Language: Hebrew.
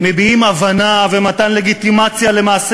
מביעים הבנה ומתן לגיטימציה למעשה